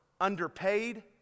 underpaid